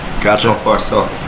Gotcha